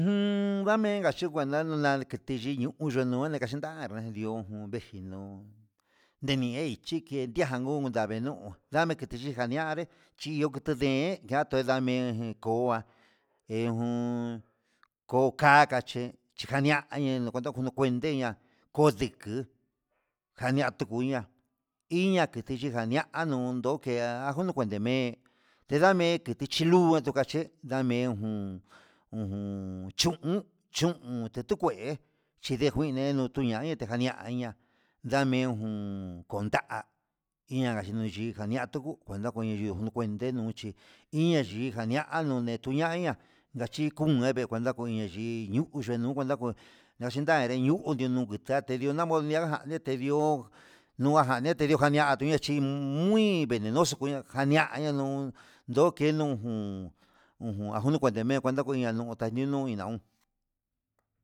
Jun ndamenka chín naguenka na'a ndandikiti ni yuu nanu nakachian na'a ndio vengui nuu ndeinei chiki ndi'á, janjun ndainuu ndani kechika ndiani chiyo kutu yuu nden, yatun ndamen ko'o ko'a ejun kó kakachi chijaniania nojunta ndoku ni kuente ña'a kondiku jania tukuña'a, iiña nachi ndukani'a nunndakde ajun nuu kuente me'e tendame keti chiluu kue tekache ndame'e, ujun ujun chúmu yuun tukué chinde kuine nutuñania tikandia ndame ujun konda inga yuu yi'í ndaniatu kuina konduyuu nokuende nuchí inia nii jaña'a nune tuñaña ndachi nuu nueve kundejá, njuña yii ñuu yenu cuenta kué ñachinda ndeñunrió nuketa tedio namonnguiá ján ndetedió nujani, netenio janra iin m. uy venenoso kuña'a jania nuu ndokeno jun, ujun ngatunemento ndakuña nganunó inaun.